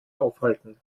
aufhalten